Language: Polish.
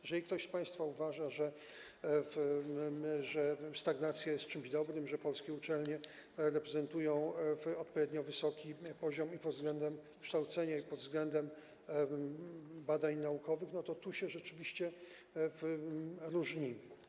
Jeżeli ktoś z państwa uważa, że stagnacja jest czymś dobrym, że polskie uczelnie reprezentują odpowiednio wysoki poziom i pod względem kształcenia, i pod względem badań naukowych, to tu się rzeczywiście różnimy.